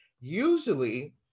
Usually